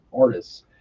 artists